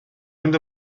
rownd